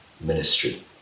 ministry